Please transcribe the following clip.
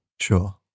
Sure